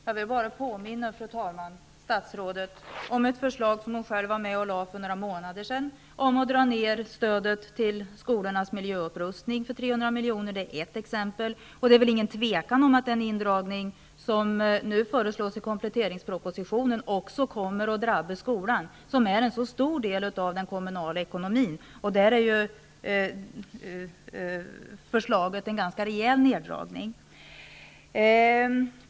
Fru talman! Jag vill påminna statsrådet om ett förslag som hon själv var med om att lägga fram för några månader sedan om att dra ned stödet till skolornas miljöupprustning för 300 miljoner. Det är bara ett exempel. Det är inget tvivel om att den indragning som föreslås i kompletteringspropositionen också kommer att drabba skolan, vars verksamhet utgör en stor del av den kommunala ekonomin. Förslaget innebär en ganska rejäl neddragning.